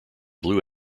blue